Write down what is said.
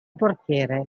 portiere